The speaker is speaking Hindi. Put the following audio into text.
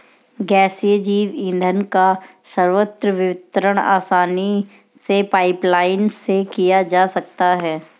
गैसीय जैव ईंधन का सर्वत्र वितरण आसानी से पाइपलाईन से किया जा सकता है